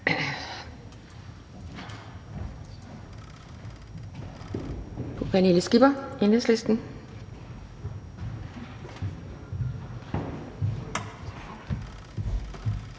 Pernille Skipper, Enhedslisten.